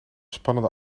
spannende